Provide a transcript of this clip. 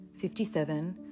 57